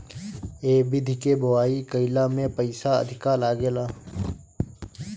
ए विधि के बोआई कईला में पईसा अधिका लागेला